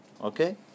Okay